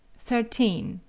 thirteen.